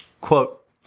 Quote